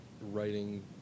writing